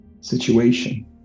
situation